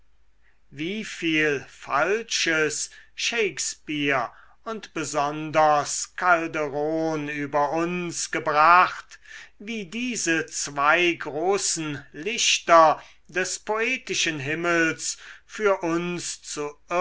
wieviel falsches shakespeare und besonders calderon über uns gebracht wie diese zwei großen lichter des poetischen himmels für uns